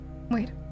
Wait